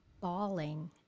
bawling